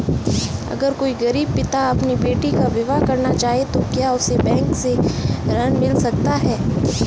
अगर कोई गरीब पिता अपनी बेटी का विवाह करना चाहे तो क्या उसे बैंक से ऋण मिल सकता है?